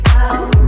out